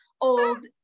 old